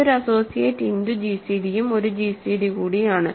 ഏതൊരു associate into gcd യും ഒരു gcd കൂടിയാണ്